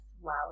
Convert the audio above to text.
Wow